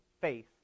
faith